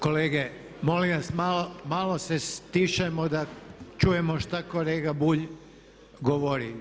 Kolege molim vas malo se stišajmo da čujemo šta kolega Bulj govori.